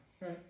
Right